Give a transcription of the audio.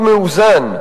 חוק.